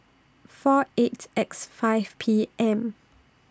four eight X five P M